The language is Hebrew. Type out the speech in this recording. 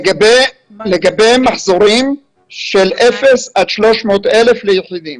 לגבי מחזורים של אפס עד 300,000 ליחידים.